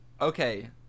Okay